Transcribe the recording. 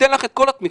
ניתן לך את כל התמיכה,